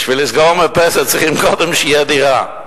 בשביל לסגור מרפסת צריכים קודם שתהיה דירה.